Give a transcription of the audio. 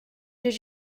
did